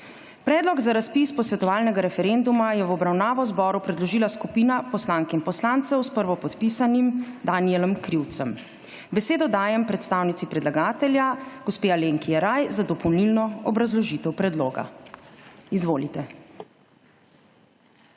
Predlog za razpis posvetovalnega referenduma je v obravnavo Državnemu zboru predložila skupina poslank in poslancev s prvopodpisanim Danijelom Krivcem. Besedo dajem predstavnici predlagateljev Alenki Jeraj za dopolnilno obrazložitev predloga. **ALENKA